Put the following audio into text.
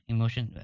Emotion